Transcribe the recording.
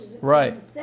Right